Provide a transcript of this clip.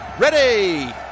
Ready